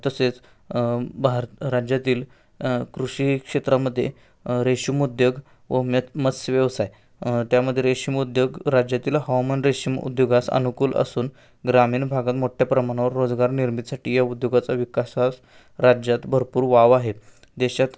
तसेच भार राज्यातील कृषी क्षेत्रामध्ये रेशीम उद्योग व म मत्स्यव्यवसाय त्यामध्ये रेशीम उद्योग राज्यातील हवामान रेशीम उद्योगास अनुकूल असून ग्रामीण भागात मोठ्या प्रमाणावर रोजगार निर्मितीसाठी या उद्योगाचा विकासास राज्यात भरपूर वाव आहे देशात